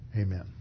Amen